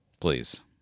Please